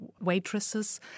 waitresses